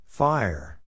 Fire